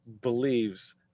believes